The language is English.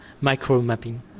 micro-mapping